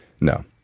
No